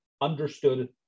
understood